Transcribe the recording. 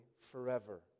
forever